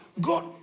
God